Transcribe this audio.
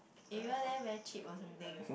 area there very cheap or something